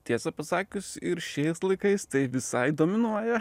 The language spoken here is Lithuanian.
tiesą pasakius ir šiais laikais tai visai dominuoja